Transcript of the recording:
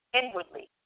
inwardly